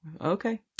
okay